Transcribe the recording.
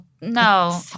no